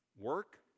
Work